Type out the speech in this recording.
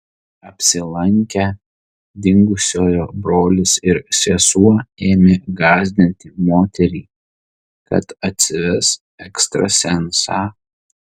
apsilankę dingusiojo brolis ir sesuo ėmė gąsdinti moterį kad atsives ekstrasensą